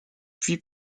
puis